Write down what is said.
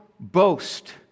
Boast